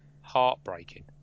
heartbreaking